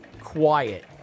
quiet